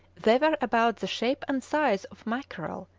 they were about the shape and size of mackerel,